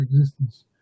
existence